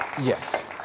Yes